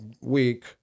week